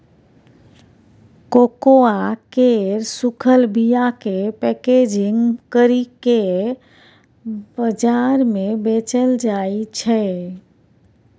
cocoa केर सूखल बीयाकेँ पैकेजिंग करि केँ बजार मे बेचल जाइ छै